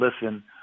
listen